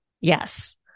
Yes